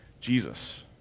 Jesus